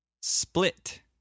Split